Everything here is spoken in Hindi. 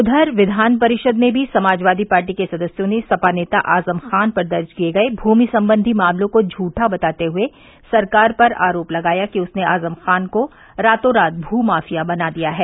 उधर विधान परिषद में भी समाजवादी पार्टी के सदस्यों ने सपा नेता आजम खां पर दर्ज किये गये भूमि संबंधी मामलों को झूठा बताते हुए सरकार पर आरोप लगाया कि उसने आजम खां को रातो रात भूमाफिया बना दिया है